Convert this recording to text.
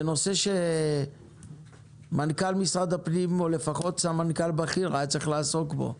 זה נושא שמנכ"ל משרד הפנים או לפחות סמנכ"ל בכיר היה צריך לעסוק בו.